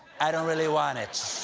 i don't really want it.